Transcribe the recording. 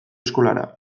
eskolara